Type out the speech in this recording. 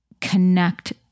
connect